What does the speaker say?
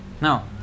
Now